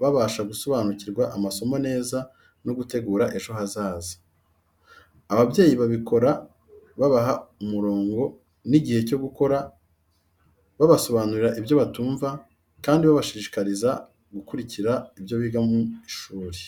babasha gusobanukirwa amasomo neza no gutegura ejo hazaza. Ababyeyi babikora babaha umurongo n’igihe cyo gukora, babasobanurira ibyo batumva, kandi bakabashishikariza gukurikira ibyo biga mu ishuri.